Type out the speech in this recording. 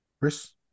Chris